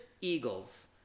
Eagles